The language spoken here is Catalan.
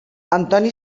antoni